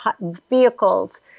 vehicles